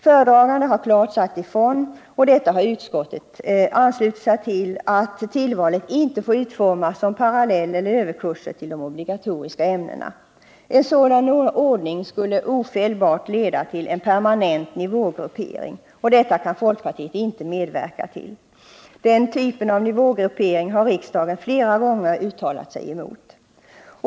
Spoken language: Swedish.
Föredragande har klart sagt ifrån, och utskottet har anslutit sig till det, att tillvalet inte får utformas som parallelleller överkurser till de obligatoriska ämnena. En sådan ordning skulle ofelbart leda till en permanent nivågruppering, och det kan folkpartiet inte medverka till. Den typen av nivågruppering har riksdagen flera gånger uttalat sig emot.